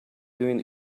doing